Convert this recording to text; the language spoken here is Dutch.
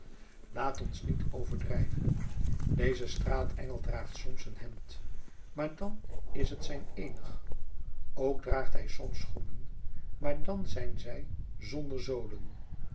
laat ons niet overdrijven deze straatengel draagt soms een hemd maar dan is het zijn eenig ook draagt hij soms schoenen maar dan zijn zij zonder zolen